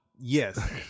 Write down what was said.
Yes